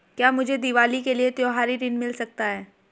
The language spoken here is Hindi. क्या मुझे दीवाली के लिए त्यौहारी ऋण मिल सकता है?